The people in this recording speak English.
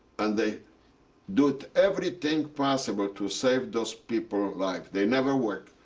and they do everything possible to save those people's lives. they never work.